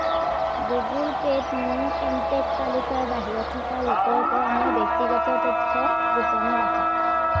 Google পে'ত মোৰ contact তালিকাৰ বাহিৰত থকা লোকৰ পৰা মোৰ ব্যক্তিগত তথ্য গোপনে ৰাখক